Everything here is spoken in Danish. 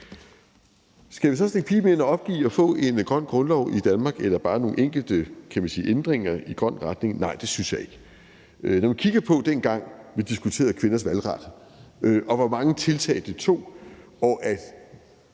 Skal vi så stikke piben ind og opgive at få en grøn grundlov i Danmark eller bare nogle enkelte ændringer i grøn retning? Nej, det synes jeg ikke. Når man kigger på dengang, vi diskuterede kvinders valgret, og på, hvor mange tiltag det tog, og